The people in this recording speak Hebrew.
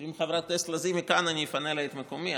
אם חברת הכנסת לזימי כאן אפנה לה את מקומי,